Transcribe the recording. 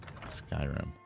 Skyrim